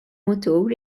mutur